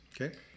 Okay